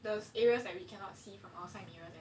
the areas like we cannot see from outside mirror